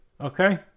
Okay